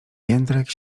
jędrek